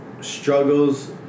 struggles